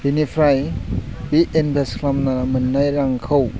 बेनिफ्राय बे इनभेस्ट खालामनाय मोननाय रांखौ